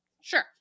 Sure